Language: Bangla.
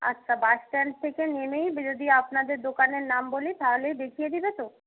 আচ্ছা বাস স্ট্যান্ড থেকে নেমেই যদি আপনাদের দোকানের নাম বলি তাহলেই দেখিয়ে দেবে তো